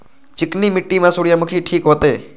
चिकनी मिट्टी में सूर्यमुखी ठीक होते?